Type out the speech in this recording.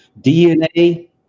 DNA